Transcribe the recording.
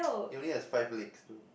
it only has five legs to